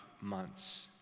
months